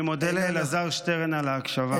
אני מודה לאלעזר שטרן על ההקשבה.